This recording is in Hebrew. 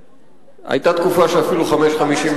5.57. היתה תקופה של אפילו 5.57,